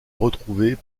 retrouvés